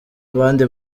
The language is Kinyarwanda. abandi